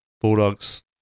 Bulldogs